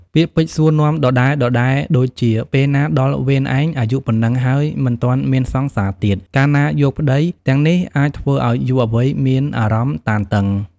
ពាក្យពេចន៍សួរនាំដដែលៗដូចជា ពេលណាដល់វេនឯង អាយុប៉ុណ្ណឹងហើយមិនទាន់មានសង្សារទៀត កាលណាយកប្តី ទាំងនេះអាចធ្វើឲ្យយុវវ័យមានអារម្មណ៍តានតឹង ។